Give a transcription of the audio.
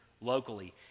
locally